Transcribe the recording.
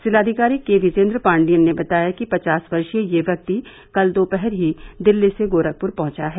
जिलाधिकारी के विजयेन्द्र पाण्डियन ने बताया कि पचास वर्षीय यह व्यक्ति कल दोपहर ही दिल्ली से गोरखपुर पहंचा है